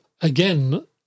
again